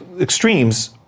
extremes